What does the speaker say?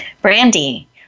Brandy